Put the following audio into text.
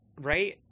right